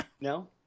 No